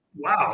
Wow